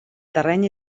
terreny